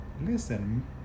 listen